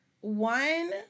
One